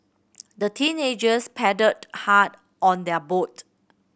the teenagers paddled hard on their boat